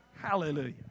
Hallelujah